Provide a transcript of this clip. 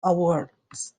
awards